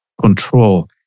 control